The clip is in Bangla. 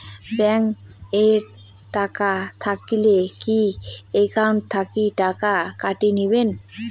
ব্যাংক এ টাকা থাকিলে কি একাউন্ট থাকি টাকা কাটি নিবেন?